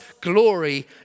glory